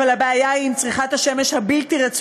אבל הבעיה היא עם צריכת השמש הבלתי-רצונית,